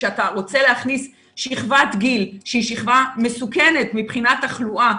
וכשאתה רוצה להכניס שכבת גיל שהיא שכבה מסוכנת מבחינת תחלואה,